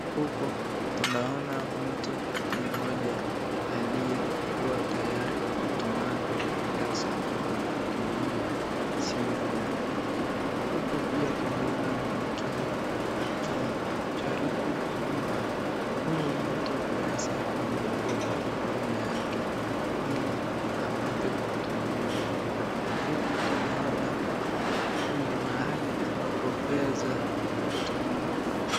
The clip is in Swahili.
Huku tunaona mtu mmoja aliye tayari kutuma pesa kwa kutumia simu yake, huku kwingine tunaona mtu akijaribu kumpa huyu mtu pesa iliyokuwa kwa mkono yake, ili apate kutumiwa, huku tunaona ni mahali ambapo pesa hutumwa.